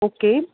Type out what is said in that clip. okay